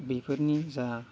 बेफोरनि जा